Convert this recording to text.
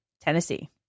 Tennessee